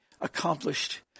accomplished